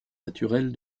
naturelle